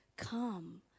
Come